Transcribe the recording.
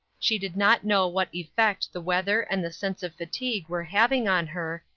she did not know what effect the weather and the sense of fatigue were having on her,